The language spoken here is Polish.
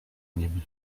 nim